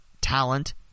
talent